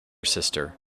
sister